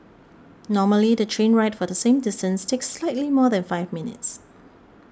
normally the train ride for the same distance takes slightly more than five minutes